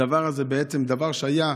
הדבר הזה, בעצם, דבר שהיה,